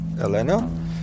Elena